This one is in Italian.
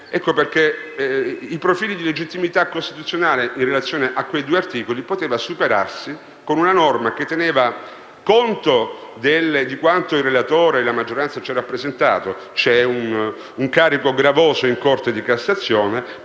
Ecco perché i profili di illegittimità costituzionale in relazione ai suddetti due articoli potevano superarsi con una norma che tenesse conto di quanto il relatore e la maggioranza ci avevano rappresentato: c'è un carico gravoso in Corte di cassazione;